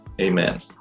amen